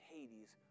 Hades